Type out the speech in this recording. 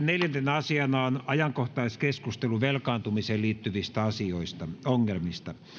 neljäntenä asiana on ajankohtaiskeskustelu velkaantumiseen liittyvistä ongelmista